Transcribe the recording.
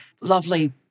lovely